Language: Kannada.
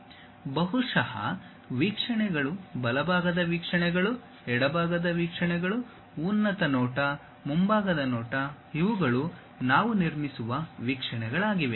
ಬಹುಶಃ ವೀಕ್ಷಣೆಗಳು ಬಲಭಾಗದ ವೀಕ್ಷಣೆಗಳು ಎಡಭಾಗದ ವೀಕ್ಷಣೆಗಳು ಉನ್ನತ ನೋಟ ಮುಂಭಾಗದ ನೋಟ ಇವುಗಳು ನಾವು ನಿರ್ಮಿಸುವ ವೀಕ್ಷೆಣೆಗಳಾಗಿವೆ